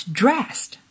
dressed